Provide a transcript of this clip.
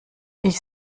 ich